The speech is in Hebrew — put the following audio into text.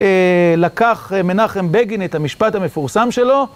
לקח מנחם בגין את המשפט המפורסם שלו